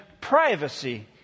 privacy